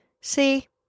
See